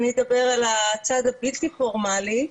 אני אדבר על הצד הבלתי פורמלי.